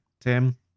Tim